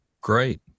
Great